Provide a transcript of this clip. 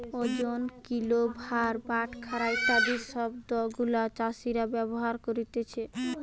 ওজন, কিলো, ভার, বাটখারা ইত্যাদি শব্দ গুলা চাষীরা ব্যবহার করতিছে